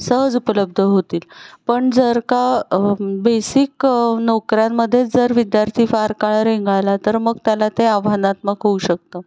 सहज उपलब्ध होतील पण जर का बेसिक नोकऱ्यांमध्येच जर विद्यार्थी फार काळ रेंगाळला तर मग त्याला ते आव्हानात्मक होऊ शकतं